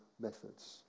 methods